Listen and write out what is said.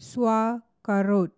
Sauerkraut